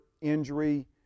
injury